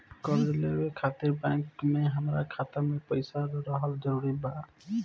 कर्जा लेवे खातिर बैंक मे हमरा खाता मे पईसा रहल जरूरी बा?